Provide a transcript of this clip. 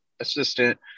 assistant